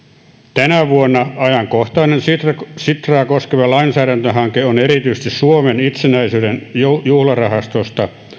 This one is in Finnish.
tänä vuonna ajankohtainen sitraa koskeva lainsäädäntöhanke on erityisesti suomen itsenäisyyden juhlarahastosta